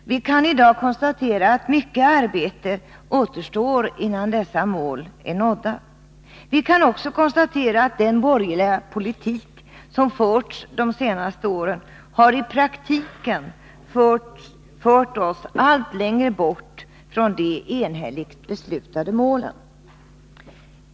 Vi kan i dag konstatera att mycket arbete återstår, innan dessa mål är nådda. Vi kan också konstatera att den borgerliga politik som förts de senaste åren i praktiken har fört oss allt längre bort från de enhälligt beslutade målen.